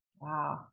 Wow